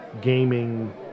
gaming